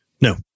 No